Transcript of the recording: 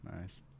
Nice